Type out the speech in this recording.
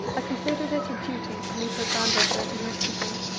considered it a duty to leave her granddaughter in her keeping.